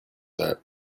that